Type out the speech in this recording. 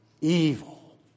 evil